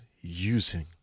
using